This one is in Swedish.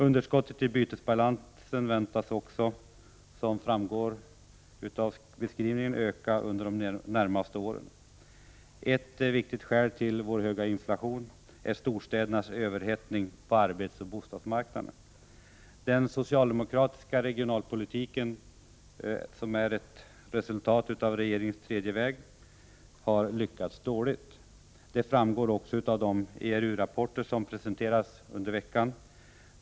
Underskottet i bytesbalansen väntas också, som framgår av beskrivningen, öka under de närmaste åren. Ett viktigt skäl till vår höga inflation är storstädernas överhettning på arbetsmarknaden och bostadsmarknaden. Den socialdemokratiska regionalpolitiken, som är ett resultat av regeringens tredje väg, har lyckats dåligt. Det framgår också av de ERU-rapporter som presenterats under veckan.